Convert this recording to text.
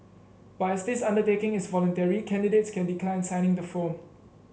but as this undertaking is voluntary candidates can decline signing the form